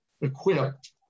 equipped